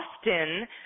often